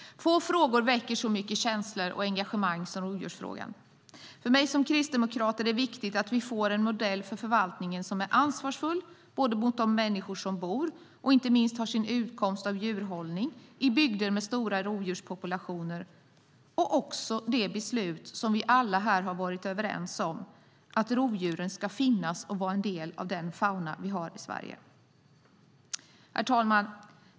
Få frågor väcker så mycket känslor och engagemang som rovdjursfrågan. För mig som kristdemokrat är det viktigt att vi får en modell för förvaltningen som är ansvarsfull både mot de människor som bor i bygder med stora rovdjurspopulationer, och inte minst har sin utkomst från djurhållning, och mot det beslut som vi alla varit överens om, att rovdjuren ska finnas och vara en del av den fauna vi har i Sverige. Herr talman!